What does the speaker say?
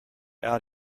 out